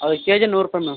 ಅದು K G ನೂರು ರೂಪಾಯಿ ಮ್ಯಾಮ್